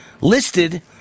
listed